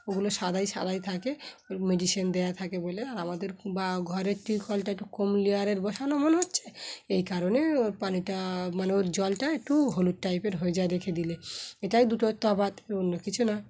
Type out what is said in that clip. ওগুলো সাদাই সাদাই থাকে ও মেডিসিন দেওয়া থাকে বলে আর আমাদের বা ঘরের টিউ কলটা একটু কম লেয়ারের বসানো মনে হচ্ছে এই কারণে ওর পানিটা মানে ওর জলটা একটু হলুদ টাইপের হয়ে যায় রেখে দিলে এটাই দুটো তো তফাৎ অন্য কিছু না